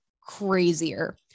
crazier